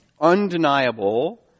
undeniable